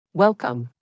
Welcome